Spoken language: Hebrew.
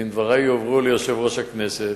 אם דברי יועברו ליושב-ראש הכנסת,